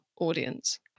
audience